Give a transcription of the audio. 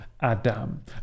Adam